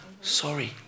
sorry